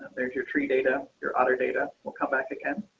there's your tree data, your other data will come back again.